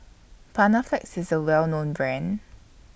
Panaflex IS A Well known Brand